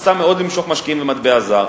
רצתה מאוד למשוך משקיעים במטבע זר,